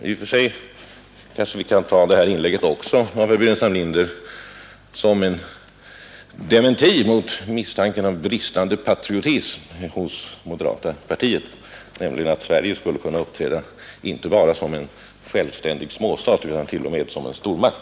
I och för sig kanske vi kan uppfatta också det här inlägget av herr Burenstam Linder som en dementi av misstanken för bristande patriotism hos det moderata partiet, nämligen att Sverige skulle kunna uppträda inte bara som en självständig småstat utan t.o.m. som en stormakt.